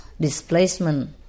displacement